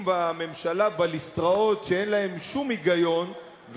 בממשלה בליסטראות שאין בהן שום היגיון,